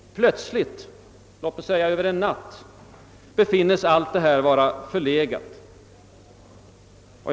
Plötsligt — låt mig säga över en natt — befinnes allt detta vara förlegat.